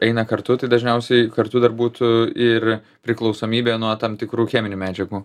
eina kartu tai dažniausiai kartu dar būtų ir priklausomybė nuo tam tikrų cheminių medžiagų